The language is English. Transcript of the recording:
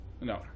No